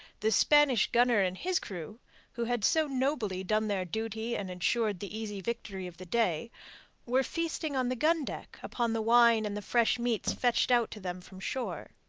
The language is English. the spanish gunner and his crew who had so nobly done their duty and ensured the easy victory of the day were feasting on the gun-deck upon the wine and the fresh meats fetched out to them from shore.